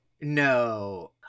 No